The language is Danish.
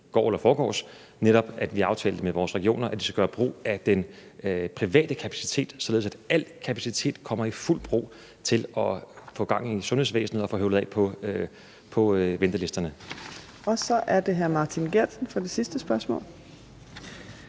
går eller forgårs; netop at vi aftalte med vores regioner, at vi skal gøre brug af den private kapacitet, således at al kapacitet kommer i fuldt brug til at få gang i sundhedsvæsnet og få høvlet af på ventelisterne. Kl. 15:51 Fjerde næstformand (Trine Torp):